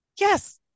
yes